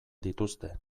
dituzte